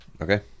Okay